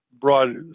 broad